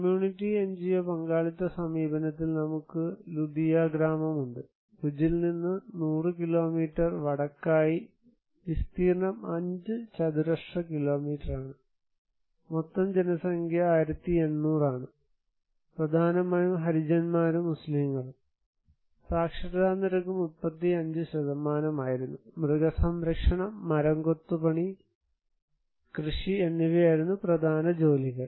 community NGO പങ്കാളിത്ത സമീപനത്തിൽ നമുക്ക് ലുദിയ ഗ്രാമമുണ്ട് ബുജിൽ നിന്ന് 100 കിലോമീറ്റർ വടക്കായി വിസ്തീർണ്ണം 5 ചതുരശ്ര കിലോമീറ്ററാണ് മൊത്തം ജനസംഖ്യ 1800 ആണ് പ്രധാനമായും ഹരിജന്മാരും മുസ്ലീങ്ങളും സാക്ഷരതാ നിരക്ക് 35 ആയിരുന്നു മൃഗസംരക്ഷണം മരം കൊത്തുപണി കൃഷി എന്നിവയായിരുന്നു പ്രധാന ജോലികൾ